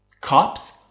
Cops